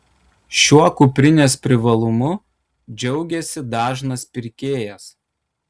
šiuo kuprinės privalumu džiaugiasi dažnas pirkėjas